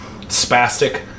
spastic